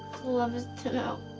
love is to know.